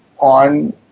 on